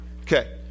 Okay